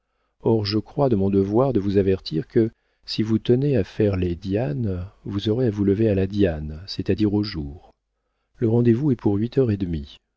or je crois de mon devoir de vous avertir que si vous tenez à faire les dianes vous aurez à vous lever à la diane c'est-à-dire au jour le rendez-vous est pour huit heures et demie